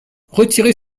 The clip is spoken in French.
retirez